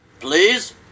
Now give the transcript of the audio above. Please